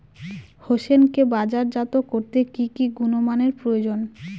হোসেনকে বাজারজাত করতে কি কি গুণমানের প্রয়োজন?